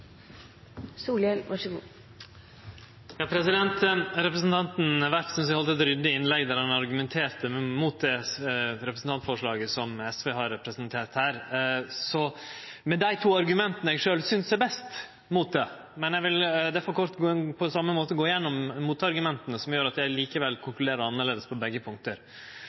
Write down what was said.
bevæpnet? I så fall ser jeg fram til å høre at noen påstår det herfra, og at de kan dokumentere det. Representanten Werp synest eg heldt eit ryddig innlegg, der han argumenterte mot det representantforslaget som SV har presentert her, med dei to argumenta eg sjølv synest er best mot det. Eg vil difor på same måte kort gå igjennom motargumenta som gjer at eg likevel konkluderer annleis på begge